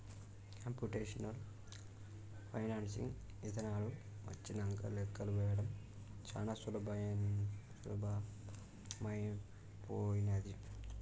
computational financing ఇదానాలు వచ్చినంక లెక్కలు వేయడం చానా సులభమైపోనాది